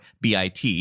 BIT